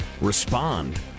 respond